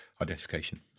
identification